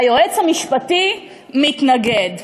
היועץ המשפטי, מתנגד.